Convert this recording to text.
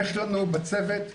יש לנו בצוות אחות,